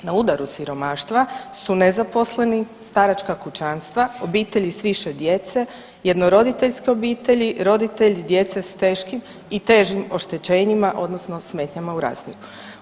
Na udaru siromaštva su nezaposleni, staračka kućanstva, obitelji s više djece, jednoroditeljske obitelji, roditelji djece s teškim i težim oštećenjima odnosno smetnjama u razvoju.